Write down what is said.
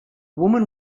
woman